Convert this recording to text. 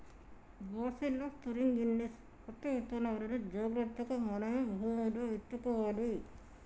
bacillus thuringiensis పత్తి విత్తనాలును జాగ్రత్తగా మనమే భూమిలో విత్తుకోవాలి